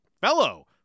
fellow